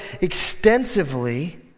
extensively